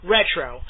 Retro